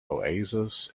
oasis